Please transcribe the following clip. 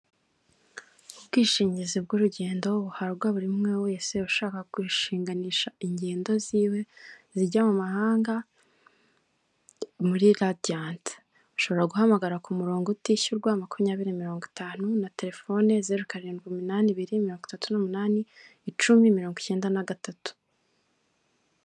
Ubwishingizi bw'urugendo buhabwa buri umwe wese ushaka gushinganisha ingendo ziwe zijya mu mahanga muri radiyati ushobora guhamagara ku murongo utishyurwa makumyabiri, mirongo itanu, na telefone ze karindwi iminani ibiri mirongo itatu n' umunani, icumi, mirongo icyenda nagatatu.